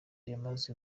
yamaze